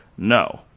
No